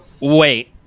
wait